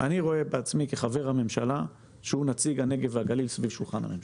אני רואה בעצמי כחבר הממשלה שהוא נציג הנגב והגליל סביב שולחן הממשלה.